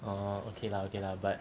oh okay lah okay lah but